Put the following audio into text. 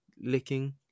licking